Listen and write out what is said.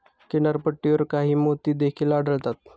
किनारपट्टीवर काही मोती देखील आढळतात